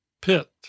Pit